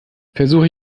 versuche